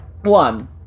one